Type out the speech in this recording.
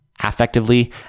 affectively